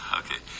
okay